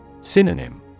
Synonym